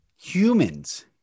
Humans